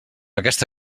aquesta